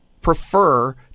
prefer